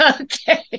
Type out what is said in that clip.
okay